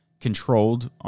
controlled